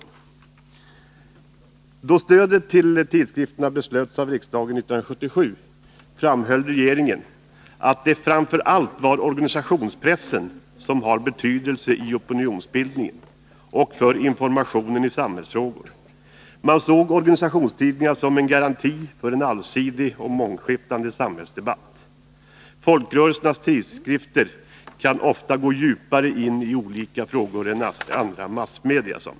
Då beslutet om stödet till tidskrifterna fattades av riksdagen 1977 framhöll regeringen att det framför allt är organisationspressen som har betydelse i opinionsbildningen för informationen i samhällsfrågor. Man såg organisationstidningarna som en garanti för en allsidig och mångskiftande samhällsdebatt. Folkrörelsernas tidskrifter kan ofta gå djupare in i olika frågor än andra massmedier, sade man.